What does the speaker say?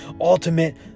ultimate